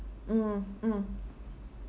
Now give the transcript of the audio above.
mm mm